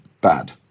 bad